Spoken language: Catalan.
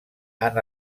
han